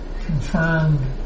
confirmed